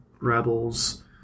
Rebels